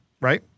right